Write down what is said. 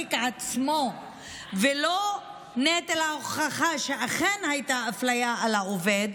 המעסיק עצמו ולא נטל ההוכחה שאכן הייתה אפליה על העובד,